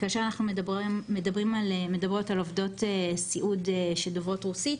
כאשר אנחנו מדברות על עובדות סיעוד שדוברות רוסית,